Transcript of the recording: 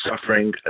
suffering